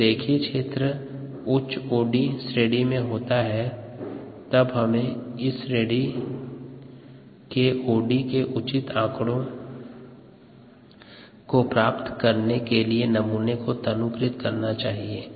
यदि रेखीय क्षेत्र उच्च ओडी श्रेणी में होता है तब हमें इस श्रेणी के ओडी के उचित आंकड़ो को प्राप्त करने के लिए नमूने को तनुकृत करना चाहिए